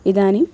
इदानीं